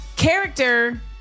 Character